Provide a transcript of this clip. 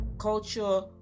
culture